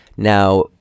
Now